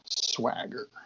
Swagger